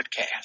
podcast